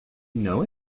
know